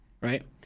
right